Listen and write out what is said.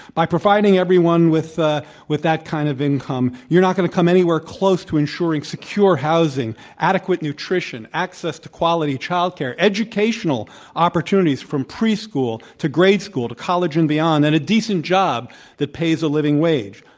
by providing everyone with ah with that kind of income, you're not going to come anywhere close to ensuring secure housing, adequate nutrition, access to quality childcare, educational opportunities from pre-school to grade school to college and beyond, and decent job that pays a living wage.